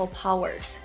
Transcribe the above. powers